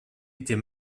était